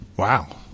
Wow